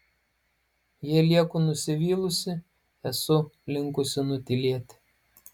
jei lieku nusivylusi esu linkusi nutylėti